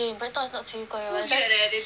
okay my thought is not 奇怪 [one]